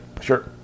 sure